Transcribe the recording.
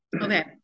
Okay